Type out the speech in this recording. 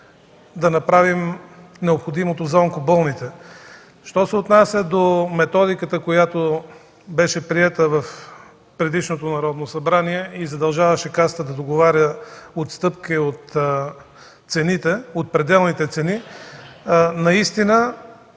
да направим необходимото за онкоболните. Що се отнася до методиката, която беше приета в предишното Народно събрание и задължаваше Касата да договаря отстъпки от пределните цени, това наистина